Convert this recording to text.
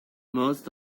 most